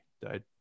died